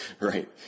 Right